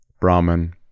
brahman